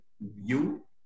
view